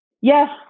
Yes